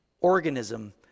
organism